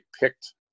picked